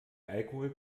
alkohol